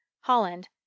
holland